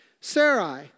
Sarai